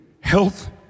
health